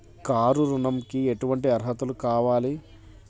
Car ఋణంకి ఎటువంటి అర్హతలు కావాలి?